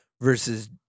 versus